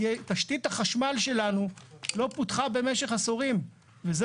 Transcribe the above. כי תשתית החשמל שלנו לא פותחה במשך עשורים וזה